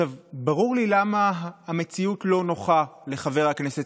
ברור לי למה המציאות לא נוחה לחבר הכנסת